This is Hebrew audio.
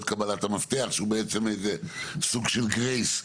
קבלת המפתח שהוא בעצם איזה סוג של גרייס.